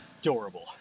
adorable